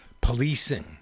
policing